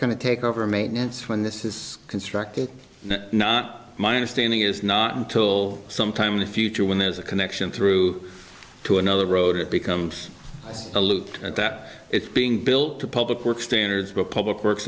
going to take over maintenance when this is constructed not my understanding is not until some time in the future when there's a connection through to another road it becomes a loop that it's being built to public works standards for public works